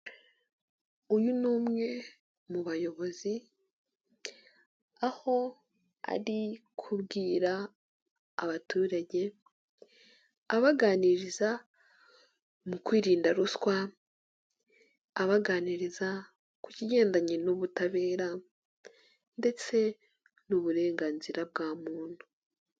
Uyu ni umwe mu bayobozi aho ari kubwira abaturage abaganiriza mu kwirinda ruswa, abaganiriza ku kigendanye n'ubutabera ndetse n'uburenganzira bwa muntu.